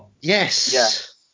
Yes